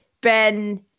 Ben